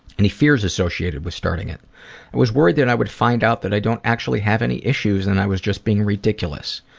any fears associated with starting it? i was worried that i would find out that i don't actually have any issues and i was just being ridiculous.